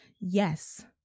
Yes